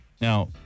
Now